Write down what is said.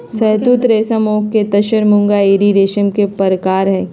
शहतुत रेशम ओक तसर मूंगा एरी रेशम के परकार हई